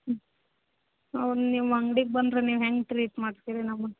ಹ್ಞೂ ನಾವು ನಿಮ್ಮ ಅಂಗ್ಡಿಗೆ ಬಂದರೆ ನೀವು ಹೆಂಗೆ ಟ್ರೀಟ್ ಮಾಡ್ತೀರಿ ನಮಗೆ